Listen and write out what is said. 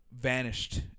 vanished